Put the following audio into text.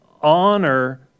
honor